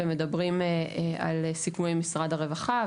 שמדברים על --- עם משרד הרווחה,